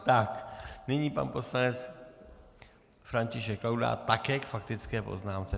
Tak nyní pan poslanec František Laudát také k faktické poznámce.